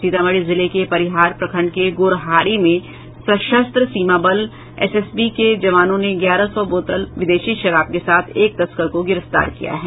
सीतामढी जिले के परिहार प्रखंड के गोरहारी में सशस्त्र सीमा बल एसएसबी के जवानों ने ग्यारह सौ बोतल विदेशी शराब के साथ एक तस्कर को गिरफ्तार किया है